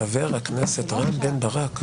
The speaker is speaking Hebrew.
חבר הכנסת רם בן ברק,